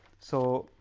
so,